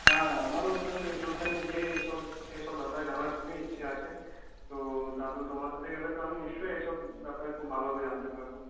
হ্যাঁ আমার ওখানে ওইখানে গিয়ে এইসব এইসব ব্যাপারে জানার খুবই ইচ্ছে আছে তো দাদু তোমার সাথে গেলে তো আমি নিশ্চয়ই এইসব ব্যাপারে খুব ভালোভাবে জানতে পারবো